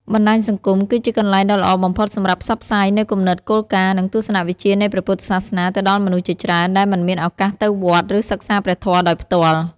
បណ្តាញសង្គមគឺជាកន្លែងដ៏ល្អបំផុតសម្រាប់ផ្សព្វផ្សាយនូវគំនិត គោលការណ៍ និងទស្សនវិជ្ជានៃព្រះពុទ្ធសាសនាទៅដល់មនុស្សជាច្រើនដែលមិនមានឱកាសទៅវត្ត ឬសិក្សាព្រះធម៌ដោយផ្ទាល់។